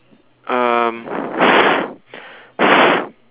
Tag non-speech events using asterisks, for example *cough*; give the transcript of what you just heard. um *breath*